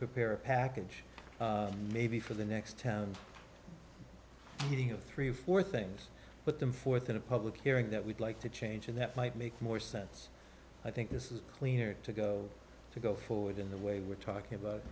prepare a package maybe for the next town meeting of three or four things but them forth in a public hearing that we'd like to change and that might make more sense i think this is cleaner to go to go forward in the way we're talking about